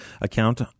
account